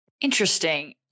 Interesting